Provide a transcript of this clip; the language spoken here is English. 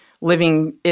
living